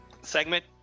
segment